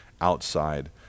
outside